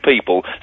people